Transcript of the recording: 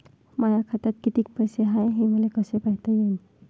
माया खात्यात कितीक पैसे हाय, हे मले कस पायता येईन?